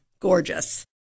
gorgeous